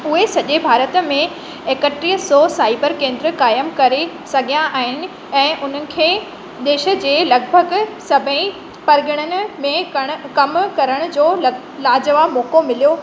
उहे सजे॒ भारत में एकटीह सौ साइबर केंद्र क़ाइम करे सघिया आहिनि ऐं उन्हनि खे देश जे लॻभॻि सभेई परगि॒णनि में कण कम करण जो ल लाजवाबु मौक़ो मिलियो